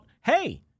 hey